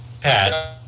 Pat